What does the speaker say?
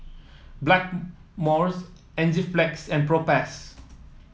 Blackmores Enzyplex and Propass